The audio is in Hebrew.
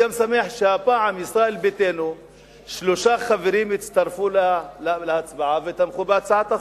שהפעם שלושה חברים מישראל ביתנו הצטרפו להצבעה ותמכו בהצעת החוק,